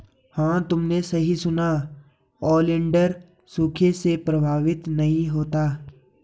हां तुमने सही सुना, ओलिएंडर सूखे से प्रभावित नहीं होता